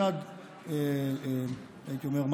הייתי אומר,